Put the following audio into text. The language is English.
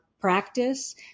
practice